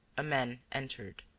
a man entered.